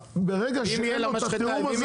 ברגע שאין לו את התיאום הזה הוא גמור.